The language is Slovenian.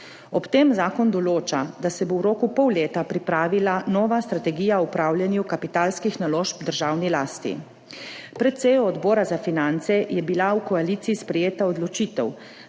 Ob tem zakon določa, da se bo v roku pol leta pripravila nova strategija o upravljanju kapitalskih naložb v državni lasti. Pred sejo Odbora za finance je bila v koaliciji sprejeta odločitev,